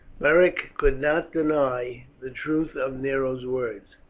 beric could not deny the truth of nero's words.